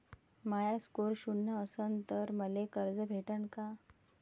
माया score शून्य असन तर मले कर्ज भेटन का?